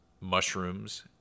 mushrooms